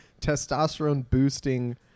testosterone-boosting